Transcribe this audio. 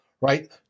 right